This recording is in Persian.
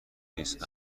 نیست